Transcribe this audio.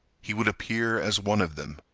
he would appear as one of them.